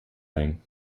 thing